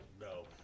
no